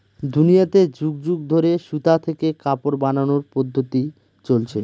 দুনিয়াতে যুগ যুগ ধরে সুতা থেকে কাপড় বানানোর পদ্ধপ্তি চলছে